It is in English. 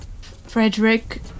Frederick